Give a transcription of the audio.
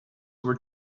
were